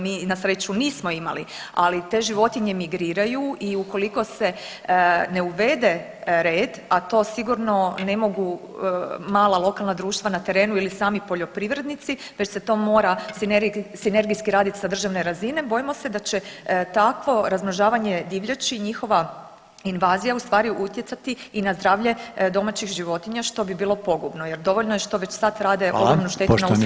Mi na sreću nismo imali, ali te životinje migriraju i ukoliko se ne uvede red, a to sigurno ne mogu mala lokalna društva na terenu ili sami poljoprivrednici već se to mora sinergijski raditi sa državne razine bojimo se da će takvo razmnožavanje divljači, njihova invazija u stvari utjecati i na zdravlje domaćih životinja što bi bilo pogubno jer dovoljno je što već sad rade ogromnu štetu na